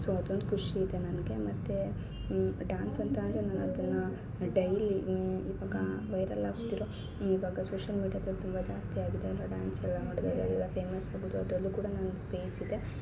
so ಅದು ಒಂದು ಖುಷಿ ಇದೆ ನನಗೆ ಮತ್ತು ಡ್ಯಾನ್ಸ್ ಅಂತ ಅಂದರೆ ನಾನು ಅದನ್ನು ಡೈಲಿ ಇವಾಗ ವೈರಲ್ ಆಗ್ತಿರೋ ಇವಾಗ ಸೋಷಿಯಲ್ ಮಿಡಿಯದಲ್ಲಿ ತುಂಬಾ ಜಾಸ್ತಿ ಆಗಿದೆ ಎಲ್ಲ ಡ್ಯಾನ್ಸ್ ಎಲ್ಲ ಮಾಡುದ್ರಲೆಲ್ಲ ಫೇಮಸ್ ಆಗೋದು ಅದ್ರಲ್ಲು ಕೂಡ ನನ್ನ ಪೇಜ್ ಇದೆ